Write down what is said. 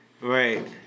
Right